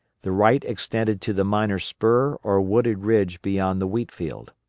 the right extended to the minor spur or wooded ridge beyond the wheat-field.